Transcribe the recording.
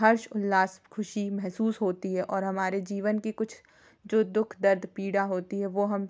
हर्ष उल्लास ख़ुशी महसूस होती है और हमारे जीवन कि कुछ जो दुख दर्द पीड़ा होती है वो हम